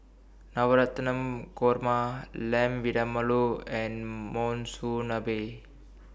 Korma Lamb and Monsunabe